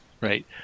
right